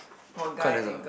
quite nice ah